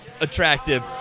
attractive